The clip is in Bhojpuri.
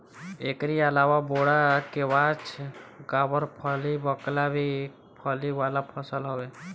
एकरी अलावा बोड़ा, केवाछ, गावरफली, बकला भी फली वाला फसल हवे